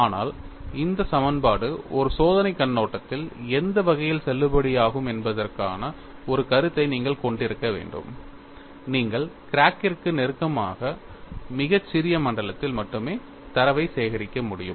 ஆனால் இந்த சமன்பாடு ஒரு சோதனைக் கண்ணோட்டத்தில் எந்த வகையில் செல்லுபடியாகும் என்பதற்கான ஒரு கருத்தை நீங்கள் கொண்டிருக்க வேண்டும் நீங்கள் கிராக்கிற்கு நெருக்கமான மிகச் சிறிய மண்டலத்தில் மட்டுமே தரவை சேகரிக்க முடியும்